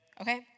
okay